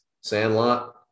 Sandlot